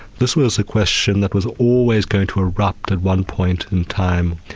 this was a question that was always going to erupt at one point in time.